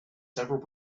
several